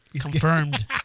Confirmed